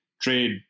Trade